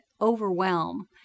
overwhelm